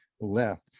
left